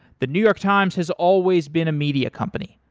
the new york times has always been a media company,